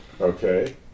Okay